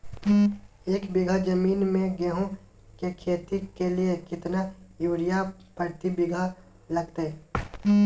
एक बिघा जमीन में गेहूं के खेती के लिए कितना यूरिया प्रति बीघा लगतय?